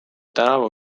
tänavu